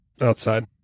outside